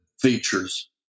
features